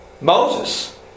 Moses